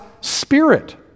spirit